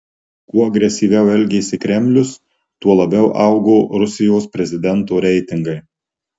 kuo agresyviau elgėsi kremlius tuo labiau augo rusijos prezidento reitingai